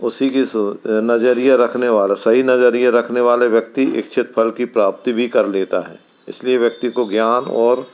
उसी कि सो नज़रिया रखने वाला सही नज़रिया रखने वाले व्यक्ति इच्छित फल की प्राप्ति भी कर लेता है इसलिए व्यक्ति को ज्ञान और